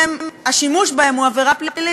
שהשימוש בהם הוא עבירה פלילית,